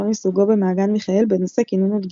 מסוגו במעגן מיכאל בנושא קינון ודגירה.